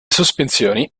sospensioni